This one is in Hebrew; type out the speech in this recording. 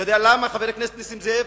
אתה יודע למה, חבר הכנסת זאב?